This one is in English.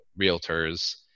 realtors